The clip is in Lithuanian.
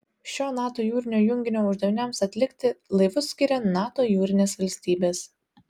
šio nato jūrinio junginio uždaviniams atlikti laivus skiria nato jūrinės valstybės